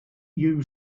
you